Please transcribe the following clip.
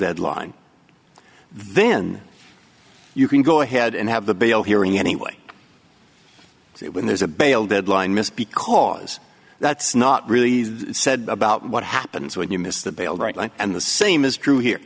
deadline then you can go ahead and have the bail hearing anyway when there's a bail deadline missed because that's not really said about what happens when you miss the bail right and the same is true here